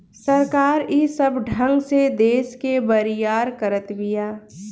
सरकार ई सब ढंग से देस के बरियार करत बिया